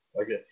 Okay